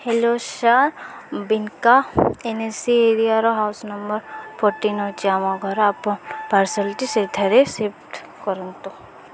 hello sir ବିନିକା N A C ଏରିଆର house number fourteen ହଉଛି ଆମ ଘର ଆପଣ ପାର୍ସଲ୍ଟି ସେଇଠାରେ ଶିଫ୍ଟ କରନ୍ତୁ